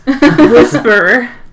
Whisper